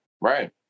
right